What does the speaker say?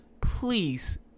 please